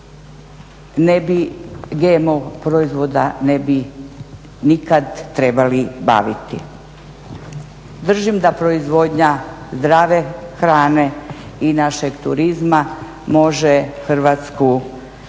ne bi GMO proizvoda ne bi nikada trebali baviti. Držim da proizvodnja zdrave hrane i našeg turizma može Hrvatsku izvući iz